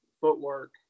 footwork